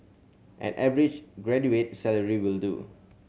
an average graduate's salary will do